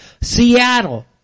Seattle